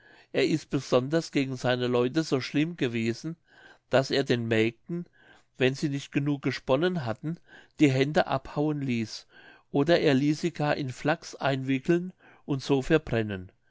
er ist besonders gegen seine leute so schlimm gewesen daß er den mägden wenn sie nicht genug gesponnen hatten die hände abhauen ließ oder er ließ sie gar in flachs einwickeln und so verbrennen